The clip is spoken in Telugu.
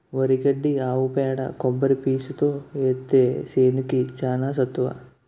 వరి గడ్డి ఆవు పేడ కొబ్బరి పీసుతో ఏత్తే సేనుకి చానా సత్తువ